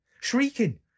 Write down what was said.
shrieking